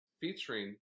featuring